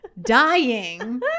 Dying